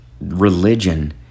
religion